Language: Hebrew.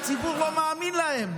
והציבור לא מאמין להם,